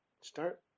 start